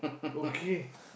okay